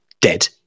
dead